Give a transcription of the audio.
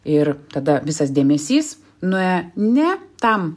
ir tada visas dėmesys nuėjo ne tam